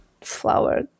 flower